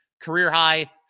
Career-high